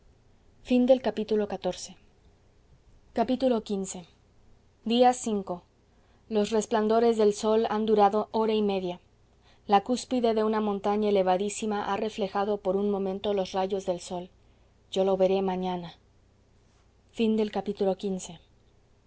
xv día los resplandores del sol han durado hora y media la cúspide de una montaña elevadísima ha reflejado por un momento los rayos del sol yo lo veré mañana